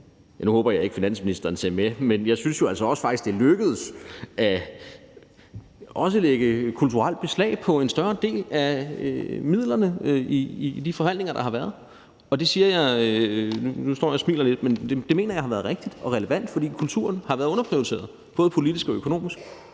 Nu håber jeg ikke, at finansministeren ser med, men jeg synes jo faktisk også, at det er lykkedes at lægge kulturelt beslag på en større del af midlerne i de forhandlinger, der har været. Nu står jeg og smiler lidt, men det mener jeg har været rigtigt og relevant, fordi kulturen har været underprioriteret, både politisk og økonomisk,